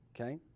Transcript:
Okay